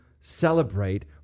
celebrate